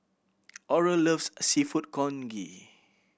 Oral loves Seafood Congee